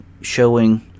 showing